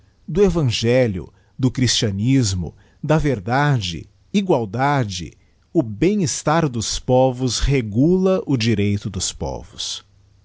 do evangelho do christianismo da verdade igualdade o bem-estar dos povos regula o direito dos povos